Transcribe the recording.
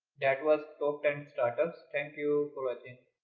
that was top ten startups. thank you for watching.